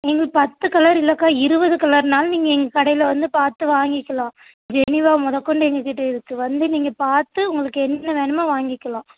நீங்கள் பத்து கலர் இல்லைக்கா இருபது கலர்னாலும் நீங்கள் எங்கே கடையில் வந்து பார்த்து வாங்கிக்கலாம் ஜெனிவா மொதற்க்கொண்டு எங்கள் கிட்டே இருக்குது வந்து நீங்கள் பார்த்து உங்களுக்கு என்ன வேணுமோ வாங்கிக்கலாம்